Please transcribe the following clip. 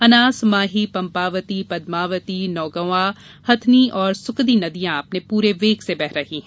अनास माही पंपावती पद्मावती नौगंवा हथनी और सुकदी नदियां अपने पूरे वेग से बह रही हैं